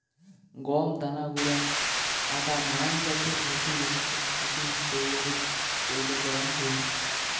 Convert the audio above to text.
গম দানা গুঁড়া আটা নানান জাতের রুটি, বিস্কুট, কুকিজ তৈয়ারীত চইল করাং হই